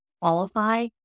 qualify